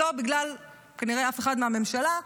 כנראה לא בגלל אף אחד מהממשלה,